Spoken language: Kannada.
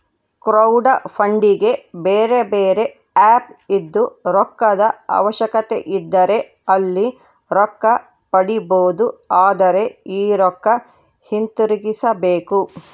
ಕ್ರೌಡ್ಫಂಡಿಗೆ ಬೇರೆಬೇರೆ ಆಪ್ ಇದ್ದು, ರೊಕ್ಕದ ಅವಶ್ಯಕತೆಯಿದ್ದರೆ ಅಲ್ಲಿ ರೊಕ್ಕ ಪಡಿಬೊದು, ಆದರೆ ಈ ರೊಕ್ಕ ಹಿಂತಿರುಗಿಸಬೇಕು